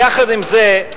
יחד עם זה,